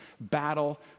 battle